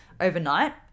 overnight